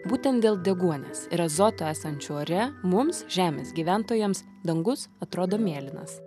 būtent dėl deguonies ir azoto esančio ore mums žemės gyventojams dangus atrodo mėlynas